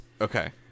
Okay